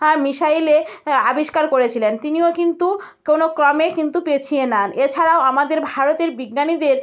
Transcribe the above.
আর মিসাইলে আবিষ্কার করেছিলেন তিনিও কিন্তু কোনওক্রমে কিন্তু পেছিয়ে নন এছাড়াও আমাদের ভারতের বিজ্ঞানীদের